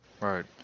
right